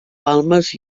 balmes